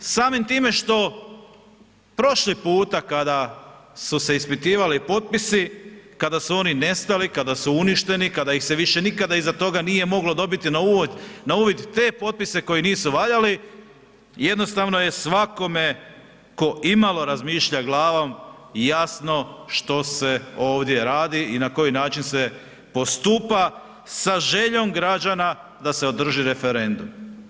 Samim time što prošli puta kada su se ispitivali potpisi kada su oni nestali, kada su uništeni, kada ih se više nikada iza toga nije moglo na uvid te potpise koji nisu valjali, jednostavno je svakome tko imalo razmišlja glavom jasno što se ovdje radi i na koji način se postupa sa željom građana da se održi referendum.